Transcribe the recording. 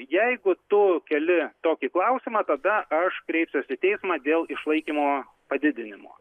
jeigu tu keli tokį klausimą tada aš kreipsiuosi į teismą dėl išlaikymo padidinimo